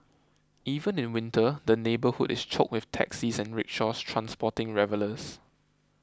even in winter the neighbourhood is choked with taxis and rickshaws transporting revellers